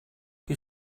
you